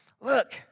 look